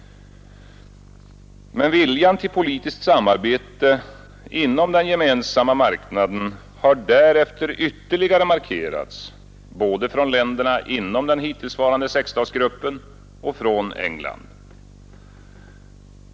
Men viljan till politiskt samarbete inom Gemensamma marknaden har därefter ytterligare markerats både från länderna inom den hittillsvarande sexstatsgruppen och från England.